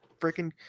freaking